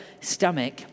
stomach